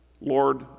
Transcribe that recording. Lord